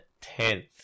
tenth